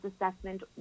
assessment